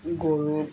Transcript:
গৰু